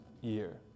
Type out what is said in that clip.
year